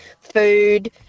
food